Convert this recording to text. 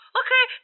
okay